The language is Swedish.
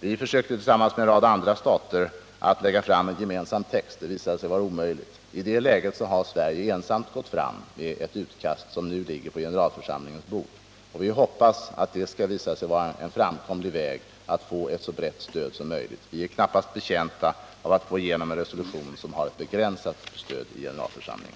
Tillsammans med en rad andra stater försökte Sverige att lägga fram en gemensam text, men det visade sig vara omöjligt. I det läget har Sverige ensamt gått fram med ett utkast som nu ligger på generalförsamlingens bord, och vi hoppas att det skall visa sig vara en framkomlig väg när det gäller att få ett så brett stöd som möjligt. Vi är knappast betjänta av att få genom en resolution som har ett begränsat stöd i generalförsamlingen.